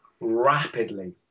rapidly